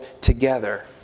together